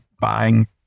buying